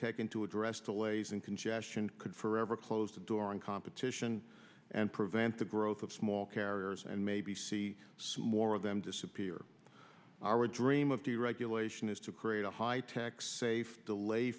taken to address to laze and congestion could forever closed the door on competition and prevent the growth of small carriers and maybe see some more of them disappear our dream of deregulation is to create a high tech safe delay